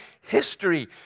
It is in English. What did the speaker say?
history